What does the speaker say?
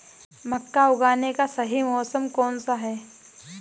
मक्का उगाने का सही मौसम कौनसा है?